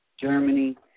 Germany